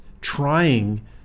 trying